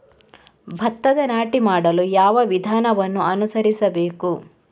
ಭತ್ತದ ನಾಟಿ ಮಾಡಲು ಯಾವ ವಿಧಾನವನ್ನು ಅನುಸರಿಸಬೇಕು?